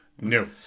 No